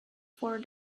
for